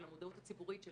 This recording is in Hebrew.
של המודעות הציבורית,